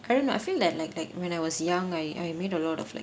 I don't know I feel like like like when I was young I I made a lot of like